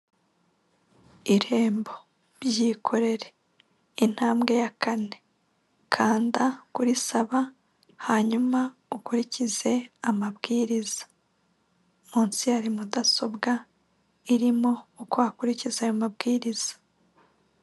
Irembo; byikorere, intambwe ya kane, kanda kurisaba hanyuma ukurikize amabwiriza, munsi hari mudasobwa irimo uko wakurikiza ayo mabwiriza.